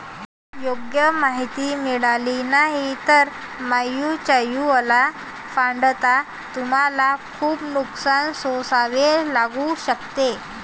योग्य माहिती मिळाली नाही तर म्युच्युअल फंडात तुम्हाला खूप नुकसान सोसावे लागू शकते